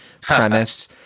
premise